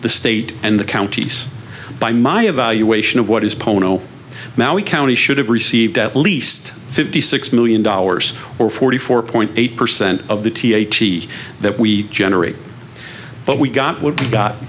the state and the counties by my evaluation of what is pono now we county should have received at least fifty six million dollars or forty four point eight percent of the th e that we generate but we got w